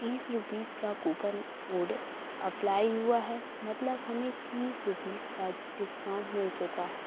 तीस रुपीस का coupon code apply हुआ है मतलब हमें तीस रुपीस का डिस्काउंट मिल चुका है